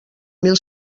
mil